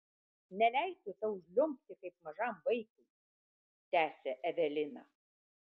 neleisiu tau žliumbti kaip mažam vaikui tęsė evelina